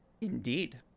Indeed